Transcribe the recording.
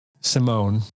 Simone